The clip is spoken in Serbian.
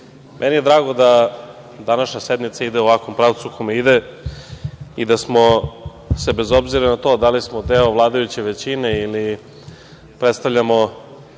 meni je drago da današnja sednica idu u ovakvom pravcu u kome ide i da smo se bez obzira na to da li smo deo vladajuće većine ili predstavljamo